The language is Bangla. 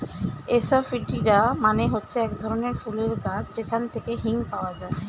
এসাফিটিডা মানে হচ্ছে এক ধরনের ফুলের গাছ যেখান থেকে হিং পাওয়া যায়